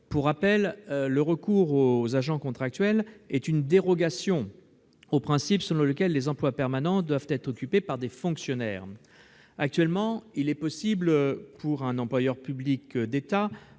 Pour rappel, le recours aux agents contractuels est une dérogation au principe selon lequel les emplois permanents doivent être occupés par des fonctionnaires. Actuellement, il est possible, pour un employeur public d'État,